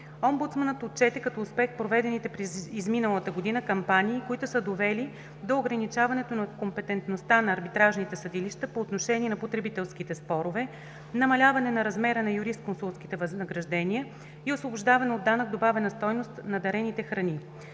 Омбудсманът отчете като успех проведените през изминалата година кампании, които са довели до ограничаването на компетентността на арбитражните съдилища по отношение на потребителските спорове, намаляване на размера на юрисконсултските възнаграждения и освобождаване от данък добавена стойност на дарените храни.